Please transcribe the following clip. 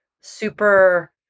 super